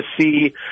see